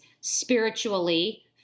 spiritually